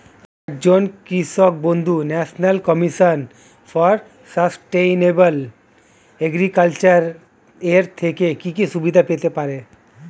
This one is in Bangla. একজন কৃষক বন্ধু national commission for sustainable agriculture এর থেকে কি কি সুবিধা পেতে পারে?